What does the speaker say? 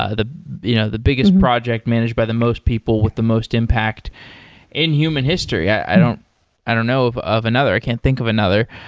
ah the you know the biggest project managed by the most people with the most impact in human history. i don't i don't know of of another. i can't think of another.